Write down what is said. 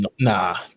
Nah